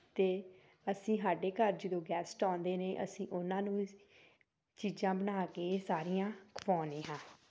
ਅਤੇ ਅਸੀਂ ਸਾਡੇ ਘਰ ਜਦੋਂ ਗੈਸਟ ਆਉਂਦੇ ਨੇ ਅਸੀਂ ਉਹਨਾਂ ਨੂੰ ਵੀ ਚੀਜ਼ਾਂ ਬਣਾ ਕੇ ਇਹ ਸਾਰੀਆਂ ਖਵਾਉਂਦੇ ਹਾਂ